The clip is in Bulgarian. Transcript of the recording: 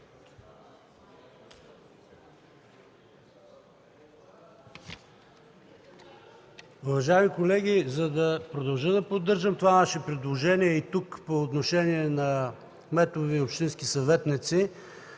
Уважаеми колеги, за да продължа да поддържам това наше предложение и тук по отношение на кметове и общински съветници,